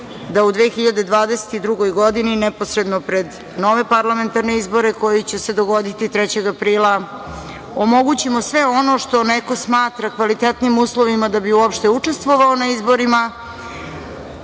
da u 2022. godini, neposredno pred nove parlamentarne izbore koji će se dogoditi 3. aprila, omogućimo sve ono što neko smatra kvalitetnim uslovima da bi uopšte učestvovao na izborima.